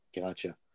Gotcha